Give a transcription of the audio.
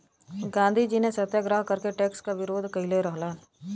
गांधीजी ने सत्याग्रह करके टैक्स क विरोध कइले रहलन